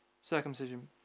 circumcision